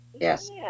Yes